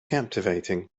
captivating